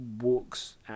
walks